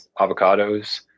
avocados